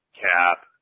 cap